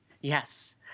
Yes